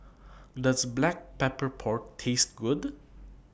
Does Black Pepper Pork Taste Good